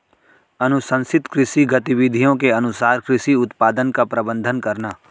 अनुशंसित कृषि गतिविधियों के अनुसार कृषि उत्पादन का प्रबंधन करना